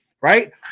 right